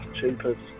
cheapest